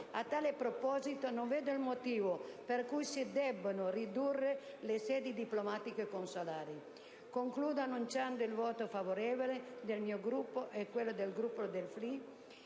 A tal proposito, non vedo il motivo per cui si debbano ridurre le sedi diplomatico-consolari. Concludo annunciando il voto favorevole del mio Gruppo e quello dei senatori di